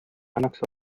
minnakse